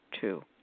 two